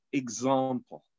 example